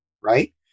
right